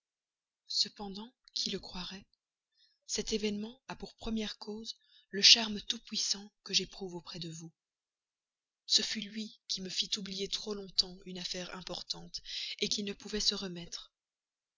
cependant qui le croirait cet événement cruel a pour première cause le charme tout puissant que j'éprouve auprès de vous ce fut lui qui me fit oublier trop longtemps une affaire importante qui ne pouvait se remettre